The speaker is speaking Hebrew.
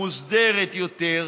מוסדרת יותר,